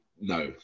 No